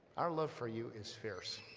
our love for you is fierce